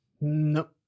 nope